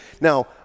Now